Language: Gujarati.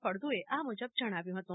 ફળદુએ આ મુજબ જણાવ્યું હતું